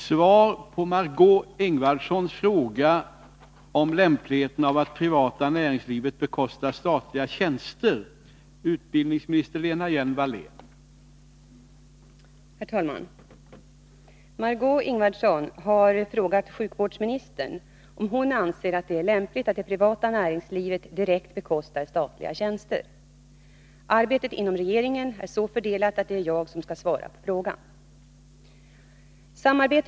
AB Fortia har erbjudit sig att bekosta en professur i oftalmiatrik vid Karolinska institutet i Stockholm. Anser sjukvårdsministern att det är lämpligt att det privata näringslivet direkt bekostar statliga tjänster?